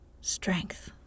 strength